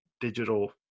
digital